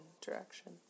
direction